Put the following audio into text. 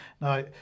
Now